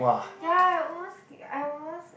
ya I almost I almost